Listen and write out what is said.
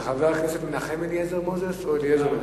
זה חבר הכנסת מנחם אליעזר מוזס או אליעזר מנחם,